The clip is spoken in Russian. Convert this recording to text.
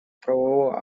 правового